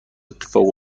اتفاق